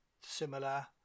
similar